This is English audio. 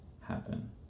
happen